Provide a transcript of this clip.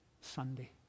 Sunday